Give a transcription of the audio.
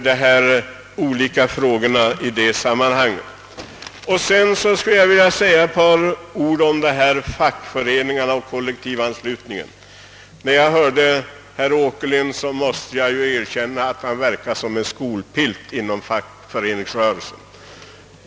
Det är alltför genomskinligt! Sedan skulle jag vilja säga ett par ord om fackföreningarna och kollektivanslutningen. Jag måste erkänna att herr Åkerlind verkar som en skolpilt inom fackföreningsrörelsen.